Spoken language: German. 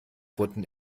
wurden